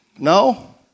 No